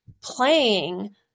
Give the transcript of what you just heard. playing